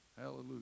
Hallelujah